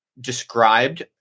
described